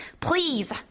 Please